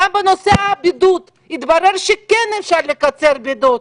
גם בנושא הבידוד התברר שכן אפשר לקצר בידוד,